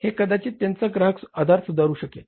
हे कदाचित त्यांचा ग्राहक आधार सुधारू शकेल